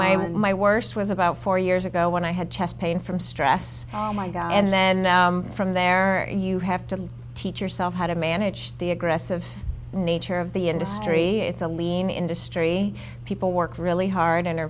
my my worst was about four years ago when i had chest pain from stress oh my gosh and then from there you have to teach yourself how to manage the aggressive nature of the industry it's a lean industry people work really hard and are